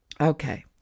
Okay